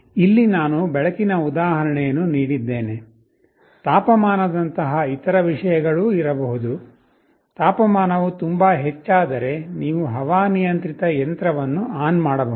ಇಲ್ಲಿ ನಾನು ಬೆಳಕಿನ ಉದಾಹರಣೆಯನ್ನು ನೀಡಿದ್ದೇನೆ ತಾಪಮಾನದಂತಹ ಇತರ ವಿಷಯಗಳೂ ಇರಬಹುದು ತಾಪಮಾನವು ತುಂಬಾ ಹೆಚ್ಚಾದರೆ ನೀವು ಹವಾನಿಯಂತ್ರಿತ ಯಂತ್ರವನ್ನು ಆನ್ ಮಾಡಬಹುದು